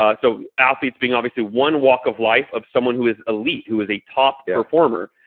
ah so athletes being obviously one walk of life of someone who is elite, who is a top performer.